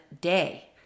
day